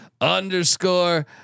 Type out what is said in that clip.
underscore